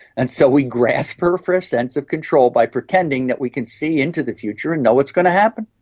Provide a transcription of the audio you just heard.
and so we grasp for for a sense of control by pretending that we can see into the future and know what's going to happen.